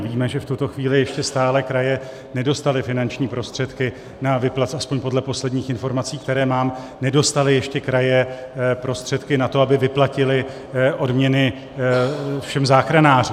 Víme, že v tuto chvíli ještě stále kraje nedostaly finanční prostředky, aspoň podle posledních informací, které mám, nedostaly ještě kraje prostředky na to, aby vyplatily odměny všem záchranářům.